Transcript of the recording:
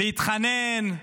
להתחנן?